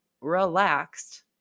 relaxed